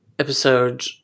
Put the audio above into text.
episode